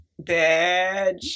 bitch